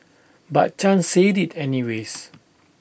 but chan said IT anyways